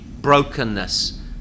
brokenness